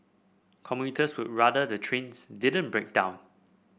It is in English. commuters would rather the trains didn't break down